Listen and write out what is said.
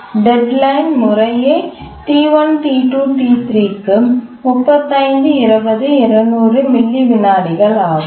deadline முறையே T1 T2 T3 க்கு 3520200 milli விநாடிகள் ஆகும்